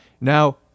Now